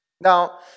Now